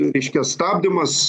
reiškia stabdymas